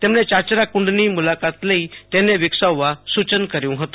તેમણે ચાચરા કુંડની મુલાકાત લઈ તેને વિકસાવવા સુચન કર્યું હતું